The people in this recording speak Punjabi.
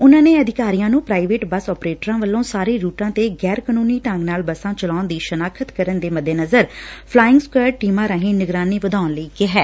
ਉਨੂਾ ਨੇ ਅਧਿਕਾਰੀਆਂ ਨੂੰ ਪ੍ਰਾਈਵੇਟ ਬੱਸ ਆਪਰੇਟਰਾਂ ਵੱਲੋਂ ਸਾਰੇ ਰੂਟਾਂ ਤੇ ਗੈਰ ਕਾਨੂੰਨੀ ਢੰਗ ਨਾਲ ਬਸਾਂ ਚਲਾਉਣ ਦੀ ਸਨਾਖ਼ਤ ਕਰਨ ਦੇ ਮੱਦੇਨਜ਼ਰ ਫਲਾਇੰਗ ਸਕੁਐਡ ਟੀਮਾਂ ਰਾਹੀਂ ਨਿਗਰਾਨੀ ਵਧਾਉਣ ਲਈ ਕਿਹੈ